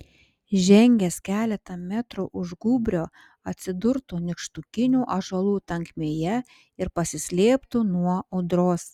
žengęs keletą metrų už gūbrio atsidurtų nykštukinių ąžuolų tankmėje ir pasislėptų nuo audros